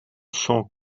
cent